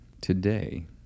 Today